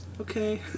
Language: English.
okay